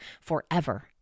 forever